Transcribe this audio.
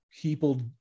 people